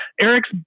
Eric's